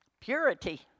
purity